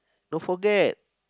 don't forget